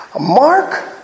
Mark